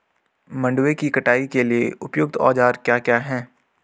मंडवे की कटाई के लिए उपयुक्त औज़ार क्या क्या हैं?